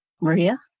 Maria